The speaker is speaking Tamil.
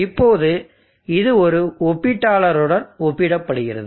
இப்போது இது ஒரு ஒப்பீட்டாளருடன் ஒப்பிடப்படுகிறது